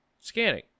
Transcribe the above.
Scanning